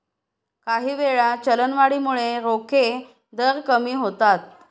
काहीवेळा, चलनवाढीमुळे रोखे दर कमी होतात